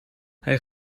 hij